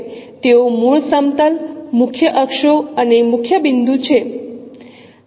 તેઓ મૂળ સમતલ મુખ્ય અક્ષો અને મુખ્ય બિંદુ છે